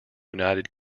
united